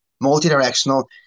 multi-directional